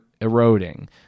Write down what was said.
eroding